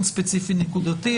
אנחנו לא בדיון ספציפי נקודתי.